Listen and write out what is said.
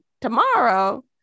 tomorrow